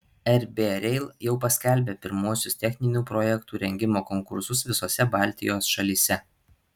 rb rail jau paskelbė pirmuosius techninių projektų rengimo konkursus visose baltijos šalyse